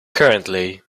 currently